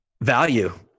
Value